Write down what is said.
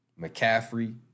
McCaffrey